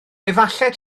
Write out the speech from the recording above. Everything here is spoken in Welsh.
efallai